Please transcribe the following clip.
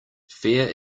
fair